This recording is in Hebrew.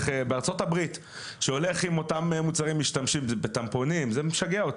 בארה"ב, שהולך עם אותם מוצרים, זה משגע אותי.